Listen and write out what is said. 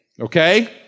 okay